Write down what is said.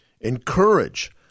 encourage